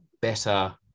better